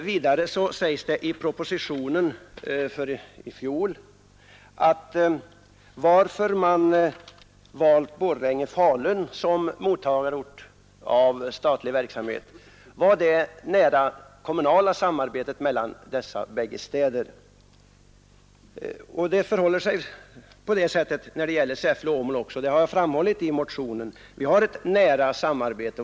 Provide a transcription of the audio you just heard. Vidare sägs det i förra årets proposition att man valt Borlänge-Falun som mottagarort av statlig verksamhet på grund av det nära kommunala samarbetet mellan dessa bägge städer, och det förhåller sig på samma sätt när det gäller Säffle-Åmål. I motionen framhålles att det förekommer ett nära samarbete.